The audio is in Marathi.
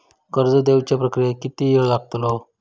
कर्ज देवच्या प्रक्रियेत किती येळ लागतलो?